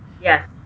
Yes